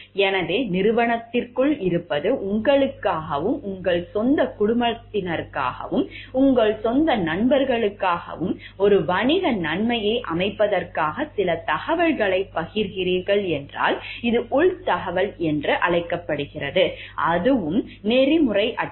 எனவே நிறுவனத்திற்குள் இருப்பது உங்களுக்காகவும் உங்கள் சொந்த குடும்பத்தினருக்காகவும் உங்கள் சொந்த நண்பர்களுக்காகவும் ஒரு வணிக நன்மையை அமைப்பதற்காக சில தகவல்களைப் பகிர்கிறீர்கள் என்றால் இது உள் தகவல் என்று அழைக்கப்படுகிறது அதுவும் நெறிமுறையற்றது